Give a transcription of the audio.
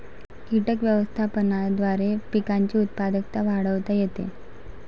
कीटक व्यवस्थापनाद्वारे पिकांची उत्पादकता वाढवता येते